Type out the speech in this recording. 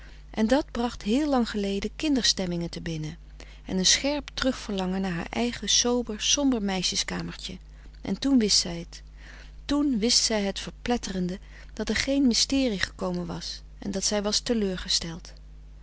en dat bracht heel lang geleden kinderstemmingen te binnen en een scherp terugverlangen naar haar eigen sober somber meisjes kamertje en toen wist zij t toen wist zij het verpletterende frederik van eeden van de koele meren des doods dat er geen mysterie gekomen was en dat zij was teleurgesteld